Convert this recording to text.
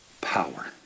power